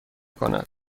کند